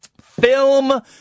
Film